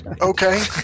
Okay